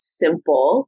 simple